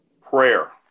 Prayer